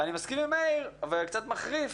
אני מסכים עם מאיר ואפילו קצת מחריף.